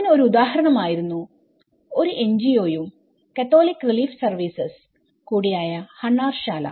അതിന് ഒരു ഉദാഹരണം ആയിരുന്നു ഒരു NGO യും കാത്തോലിക് റിലീഫ് സർവീസസ് കൂടിയായ ഹണ്ണാർശാല